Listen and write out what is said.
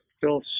Phil